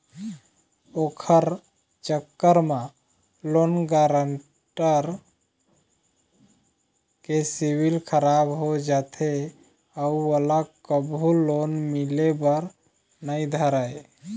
ओखर चक्कर म लोन गारेंटर के सिविल खराब हो जाथे अउ ओला कभू लोन मिले बर नइ धरय